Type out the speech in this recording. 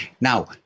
Now